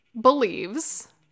believes